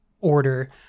order